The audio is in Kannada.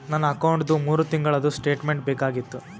ನನ್ನ ಅಕೌಂಟ್ದು ಮೂರು ತಿಂಗಳದು ಸ್ಟೇಟ್ಮೆಂಟ್ ಬೇಕಾಗಿತ್ತು?